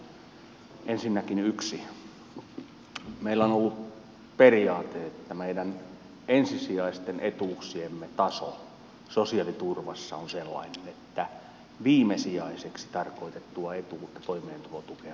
ensinnäkin meillä on ollut periaate että meidän ensisijaisten etuuksiemme taso sosiaaliturvassa on sellainen että viimesijaiseksi tarkoitettua etuutta toimeentulotukea ei tarvita